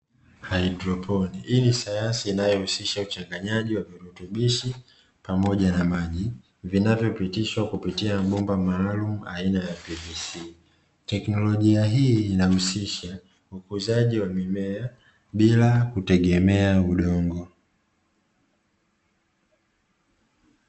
Haidroponi, hii ni sayansi inayohusisha uchanganyaji wa virutubishi pamoja na maji vinavyopitishwa kupitia mabomba maalumu aina ya PVC, teknolojia hii inahusisha ukuzaji wa mimea bila kutegemea udongo.